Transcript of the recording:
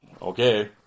Okay